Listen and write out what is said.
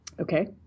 Okay